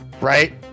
Right